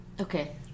Okay